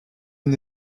une